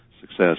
success